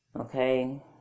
Okay